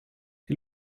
die